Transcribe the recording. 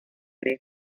grega